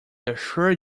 assure